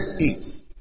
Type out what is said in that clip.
eight